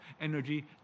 energy